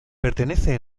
pertenece